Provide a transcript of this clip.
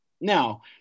Now